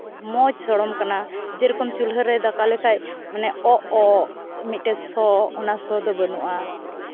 ᱢᱚᱡᱽ ᱥᱚᱲᱚᱢ ᱠᱟᱱᱟ ᱡᱮᱨᱚᱠᱚᱢ ᱪᱩᱞᱦᱟᱹ ᱨᱮ ᱫᱟᱠᱟ ᱞᱮᱠᱷᱟᱡ ᱢᱟᱱᱮ ᱚᱜᱼᱚᱜ ᱢᱤᱫᱴᱮᱡ ᱥᱚ ᱚᱱᱟ ᱥᱚ ᱫᱚ ᱵᱟᱹᱱᱩᱜᱼᱟ